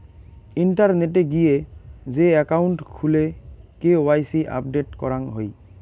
ইন্টারনেটে গিয়ে যে একাউন্ট খুলে কে.ওয়াই.সি আপডেট করাং হই